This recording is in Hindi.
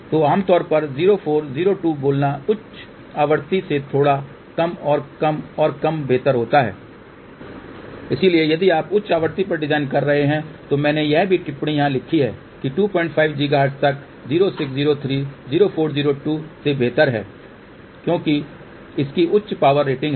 तो आमतौर पर 0402 बोलना उच्च आवृत्ति से थोड़ा कम और कम और कम बेहतर होता है इसलिए यदि आप उच्च आवृत्ति पर डिजाइन कर रहे हैं तो मैंने यह भी टिप्पणी यहां लिखी है कि 25 गीगाहर्ट्ज तक 0603 0402 से बेहतर है क्योंकि इसकी उच्च पावर रेटिंग है